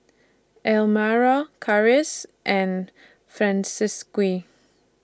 Elmyra Karis and Francisqui